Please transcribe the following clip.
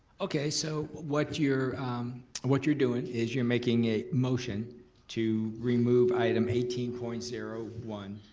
okay, so what you're what you're doing is you're making a motion to remove item eighteen point zero one